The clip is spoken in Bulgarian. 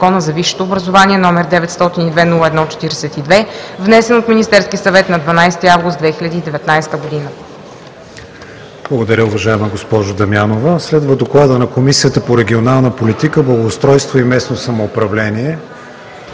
Благодаря, уважаема госпожо Дамянова. Следва Докладът на Комисията по регионална политика, благоустройство и местно самоуправление.